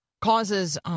causes